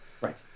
Right